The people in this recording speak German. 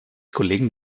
kollegen